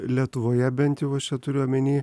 lietuvoje bent jau aš čia turiu omeny